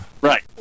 Right